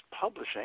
Publishing